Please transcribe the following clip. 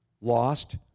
Lost